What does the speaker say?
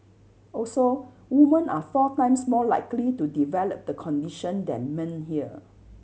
also women are four times more likely to develop the condition than men are